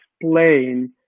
explain